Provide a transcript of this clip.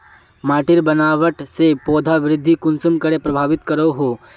माटिर बनावट से पौधा वृद्धि कुसम करे प्रभावित करो हो?